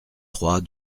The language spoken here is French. trois